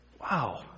Wow